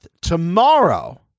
Tomorrow